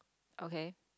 okay